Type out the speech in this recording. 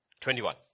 twenty-one